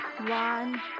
one